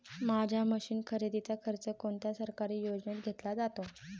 माझ्या मशीन खरेदीचा खर्च कोणत्या सरकारी योजनेत घेतला जातो?